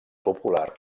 popular